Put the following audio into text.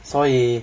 所以